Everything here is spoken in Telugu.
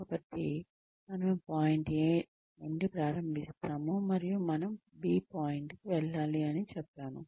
కాబట్టి మనము పాయింట్ A నుండి ప్రారంభిస్తాము మరియు మనం B పాయింట్కి వెళ్లాలి అని చెప్పాము